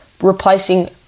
replacing